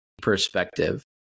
perspective